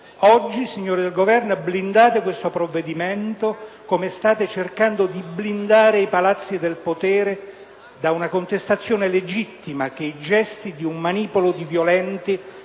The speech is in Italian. Oggi, signori del Governo, blindate questo provvedimento come state cercando di blindare i Palazzi del potere da una contestazione legittima, che i gesti di un manipolo di violenti